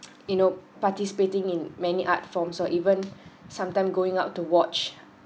you know participating in many art forms or even sometime going out to watch